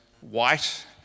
white